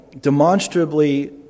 demonstrably